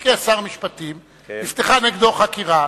במקרה שר המשפטים, נפתחה נגדו חקירה.